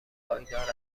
پایدار